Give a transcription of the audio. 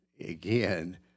Again